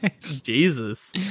Jesus